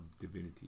divinity